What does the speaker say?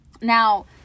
Now